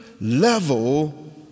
level